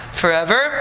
forever